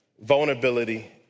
vulnerability